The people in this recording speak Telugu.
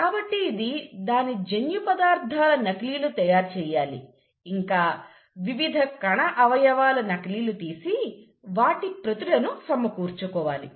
కాబట్టి ఇది దాని జన్యుపదార్థాల నకిలీలు తయారు చేయాలి ఇంకా వివిధ కణఅవయవాలను నకిలీలు తీసి వాటి ప్రతులను సమకూర్చుకోవాలి